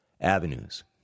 avenues